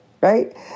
right